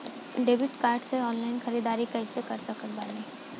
Debit card से online ख़रीदारी कैसे कर सकत बानी?